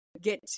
get